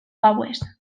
gauez